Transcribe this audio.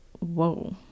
whoa